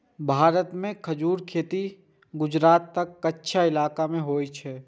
भारत मे खजूरक खेती गुजरातक कच्छ इलाका मे होइ छै